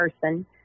person